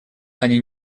они